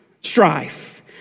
strife